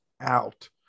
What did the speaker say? out